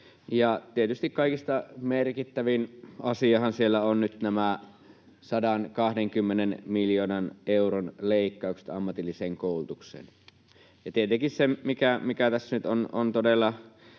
tietysti kaikista merkittävin asiahan siellä on nyt nämä 120 miljoonan euron leikkaukset ammatilliseen koulutukseen. Tietenkin se, mikä tässä nyt on todella